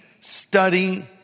study